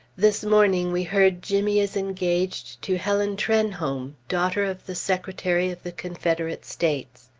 this morning we heard jimmy is engaged to helen trenholm, daughter of the secretary of the confederate states.